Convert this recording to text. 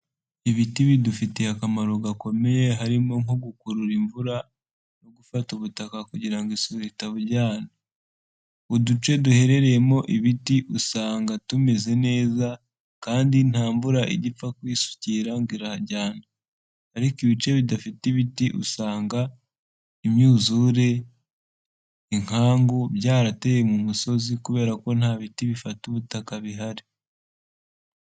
Ibiti bidufitiye akamaro gakomeye harimo nko gukurura imvura no gufata ubutaka kugira ngo isuri itabujyana. Uduce duherereyemo ibiti usanga tumeze neza kandi nta mvura ijya ipfa kuhisukira ngo irahajyana ariko ibice bidafite ibiti usanga imyuzure, inkangu byarateye uwu musozi kubera ko nta biti bifata ubutaka bihari.